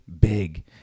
big